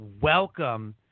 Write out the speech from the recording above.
welcome